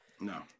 No